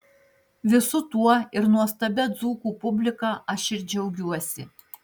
visu tuo ir nuostabia dzūkų publika aš ir džiaugiuosi